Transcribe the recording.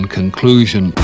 conclusion